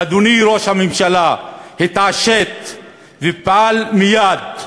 אדוני ראש הממשלה, התעשת ופעל מייד,